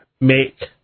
make